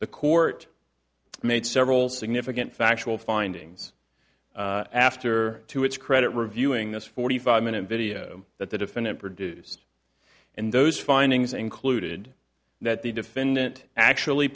the court made several significant factual findings after to its credit reviewing this forty five minute video that the defendant produced and those findings included that the defendant actually